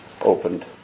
opened